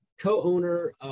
co-owner